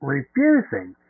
Refusing